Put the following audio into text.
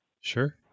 Sure